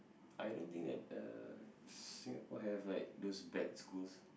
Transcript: I don't think that uh Singapore have like those bad schools